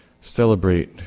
celebrate